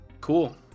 cool